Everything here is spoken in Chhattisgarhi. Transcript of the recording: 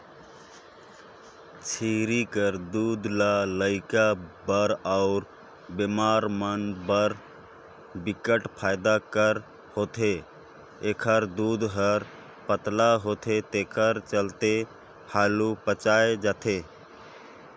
छेरी कर दूद ह लइका बर अउ बेमार मन बर बिकट फायदा कर होथे, एखर दूद हर पतला होथे तेखर चलते हालु पयच जाथे